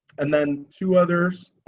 and then to others,